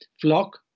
flock